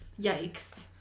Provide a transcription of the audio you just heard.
Yikes